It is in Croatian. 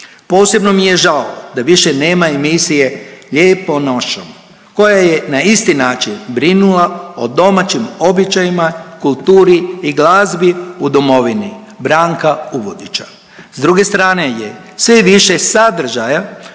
Posebno mi je žao da više nema emisije „Lijepom našom“ koja je na isti način brinula o domaćim običajima, kulturi i glazbi u domovini Branka Uvodića. S druge strane je sve više sadržaja